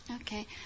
okay